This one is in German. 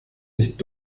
nicht